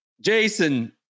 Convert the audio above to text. Jason